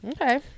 Okay